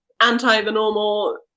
anti-the-normal